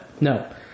no